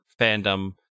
fandom